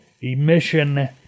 emission